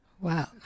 Wow